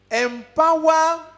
empower